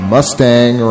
Mustang